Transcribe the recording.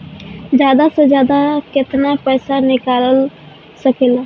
जादा से जादा कितना पैसा निकाल सकईले?